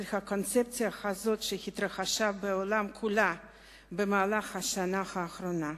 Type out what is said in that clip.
הקונספציה הזאת בעולם כולו במהלך השנה האחרונה.